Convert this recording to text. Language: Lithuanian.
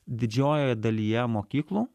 didžiojoje dalyje mokyklų